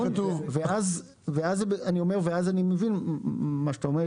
ואז אני מבין מה שאתה אומר.